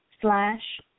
slash